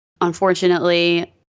unfortunately